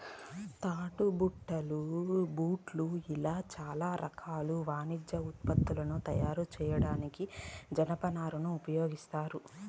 తాడు, బట్టలు, బూట్లు ఇలా చానా రకాల వాణిజ్య ఉత్పత్తులను తయారు చేయడానికి జనపనారను ఉపయోగిత్తారు